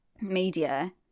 media